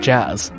Jazz